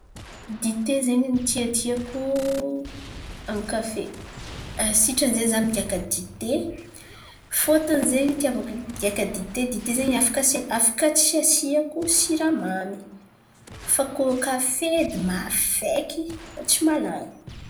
Dite zen̈y ny tiatiako amin'ny kafe. Sitrany zen̈y za migiaka dite fôtony zen̈y itiavako migiaka dite dite zen̈y afaka asian̈a faka tsy asiako siramamy. Fa koa kafe edy mafaiky za tsy malan̈y.